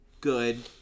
good